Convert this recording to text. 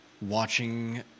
watching